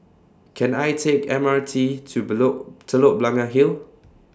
Can I Take M R T to below Telok Blangah Hill